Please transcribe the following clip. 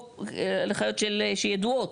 או הנחיות שידועות.